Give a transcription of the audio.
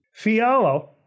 Fialo